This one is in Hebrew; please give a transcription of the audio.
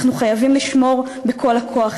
אנחנו חייבים לשמור בכל הכוח.